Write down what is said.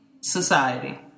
society